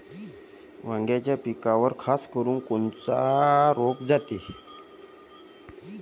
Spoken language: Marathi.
वांग्याच्या पिकावर खासकरुन कोनचा रोग जाते?